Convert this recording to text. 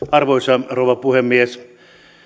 arvoisa rouva puhemies